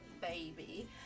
baby